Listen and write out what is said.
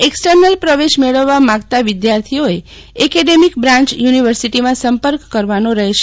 external પ્રવેશ મેળવવા માંગતા વિદ્યાથીઓએ એકેડેમિક બ્રાંચ યુનીવર્સીટીમાં સંપર્ક કરવાનું રહેશે